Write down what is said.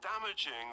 damaging